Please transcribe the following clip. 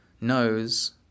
knows